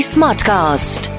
Smartcast